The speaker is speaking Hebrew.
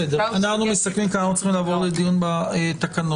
אנו צריכים לעבור לדיון אחר.